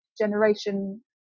generation